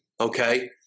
Okay